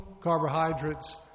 carbohydrates